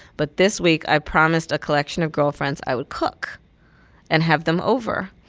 but this week, i promised a collection of girlfriends i would cook and have them over.